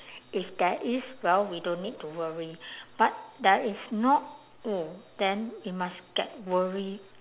if there is well we don't need to worry but there is not oh then we must get worried